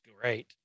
great